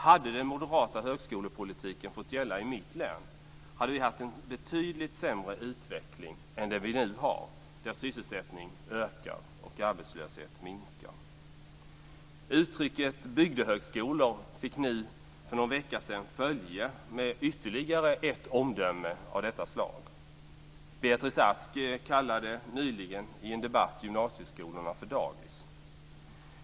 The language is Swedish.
Hade den moderata högskolepolitiken fått gälla i mitt län, hade vi haft en betydligt sämre utveckling än vi nu har, där sysselsättningen ökar och arbetslösheten minskar. Uttrycket bygdehögskolor fick för någon vecka sedan följe med ytterligare ett omdöme av detta slag. Beatrice Ask kallade i en debatt nyligen gymnasieskolorna för dagis.